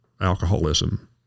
alcoholism